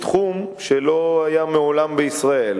בתחום שלא היה מעולם בישראל.